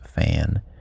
fan